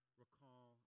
Recall